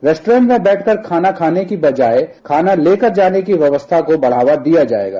restaurant में बैठकर खाना खाने की बजाय खाना ले कर जाने की व्यवस्था का बढ़ावा दिया जाएगा